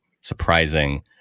surprising